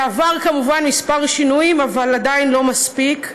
ועבר כמובן שינויים מספר, אבל עדיין לא מספיק.